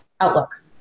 outlook